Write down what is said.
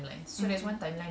mmhmm